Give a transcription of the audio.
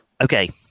okay